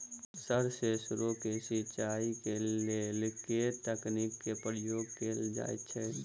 Sir सैरसो केँ सिचाई केँ लेल केँ तकनीक केँ प्रयोग कैल जाएँ छैय?